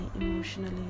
emotionally